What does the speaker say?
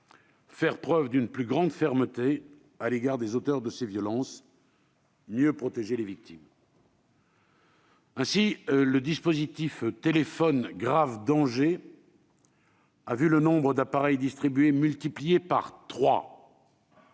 faire preuve d'une plus grande fermeté à l'égard des auteurs de ces violences et mieux protéger les victimes. Ainsi, le dispositif « téléphone grave danger » a vu le nombre d'appareils distribués multiplié par